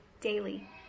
daily